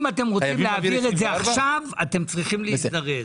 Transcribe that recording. אם אתם רוצים להעביר את זה עכשיו אתם צריכים להזדרז.